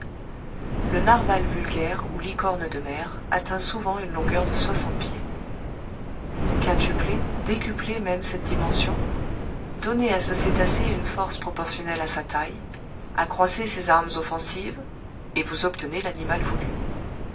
le narwal vulgaire ou licorne de mer atteint souvent une longueur de soixante pieds quintuplez décuplez même cette dimension donnez à ce cétacé une force proportionnelle à sa taille accroissez ses armes offensives et vous obtenez l'animal voulu